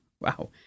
Wow